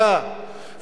וגם הגיע הזמן